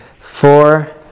Four